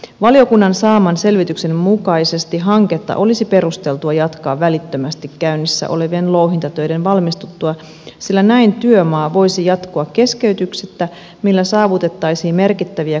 valiokunnan saaman selvityksen mukaisesti hanketta olisi perusteltua jatkaa välittömästi käynnissä olevien louhintatöiden valmistuttua sillä näin työmaa voisi jatkua keskeytyksettä millä saavutettaisiin merkittäviä kokonaistaloudellisia hyötyjä